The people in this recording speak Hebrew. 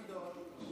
גדעון,